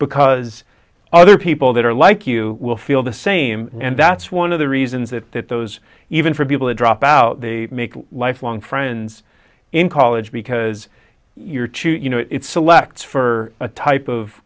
because other people that are like you will feel the same and that's one of the reasons that that those even for people who drop out they make lifelong friends in college because your choose you know it selects for a type of